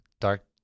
dark